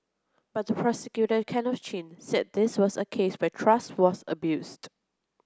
but the prosecutor Kenneth Chin said this was a case where trust was abused